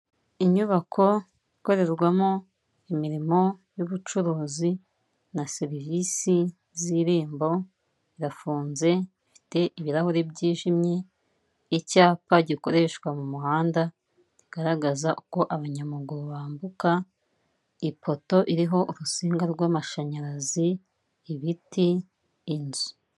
Inyubako ikorerwamo imirimo y'ubucuruzi na serivisi z'irembo irafunze ifite ibirahuri byijimye, icyapa gikoreshwa mu muhanda kigaragaza uko abanyamaguru bambuka, ipoto iriho urusinga rw'amashanyarazi, ibiti, inzu.